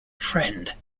friend